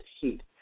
heat